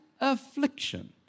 affliction